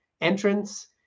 entrance